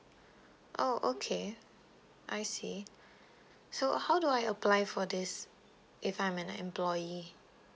oh okay I see so how do I apply for this if I am an employee